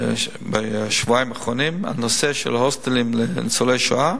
בשבועיים האחרונים הנושא של הוסטלים לניצולי שואה,